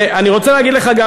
ואני רוצה להגיד לך גם